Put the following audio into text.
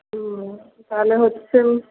হুম তাহলে হচ্ছেন